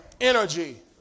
energy